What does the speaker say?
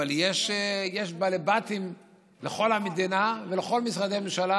יש בעלי בתים לכל המדינה ולכל משרדי הממשלה,